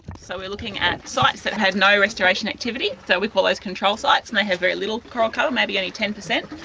so we are looking at sites that have no restoration activity, so we call those control sites, and they have very little coral cover, maybe ten percent.